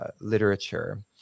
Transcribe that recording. literature